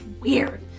weird